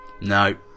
No